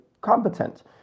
competent